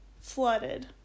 flooded